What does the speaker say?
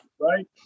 right